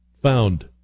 found